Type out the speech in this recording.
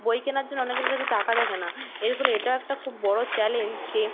বই কেনার জন্য অনেকের কাছে টাকা থাকে না এর ফলে এটাও একটা খুব বড় চ্যালেঞ্জ যে